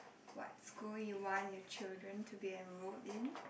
what school you want your children to be enrolled in